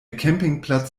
campingplatz